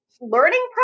learning